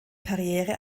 karriere